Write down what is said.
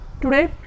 today